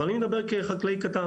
אבל אני מדבר כחקלאי קטן,